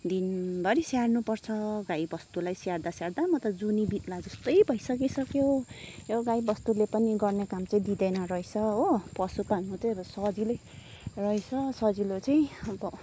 दिनभरि स्याहार्नु पर्छ गाईबस्तुलाई स्याहार्दा स्याहार्दा म त जुनी बित्ला जस्तै भइसकिसक्यो यो गाईबस्तुले पनि गर्ने काम चाहिँ दिँदैन रहेछ पशु पाल्नु चाहिँ सजिलै रहेछ सजिलो चाहिँ अब